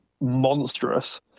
monstrous